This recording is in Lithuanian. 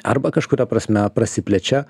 arba kažkuria prasme prasiplečia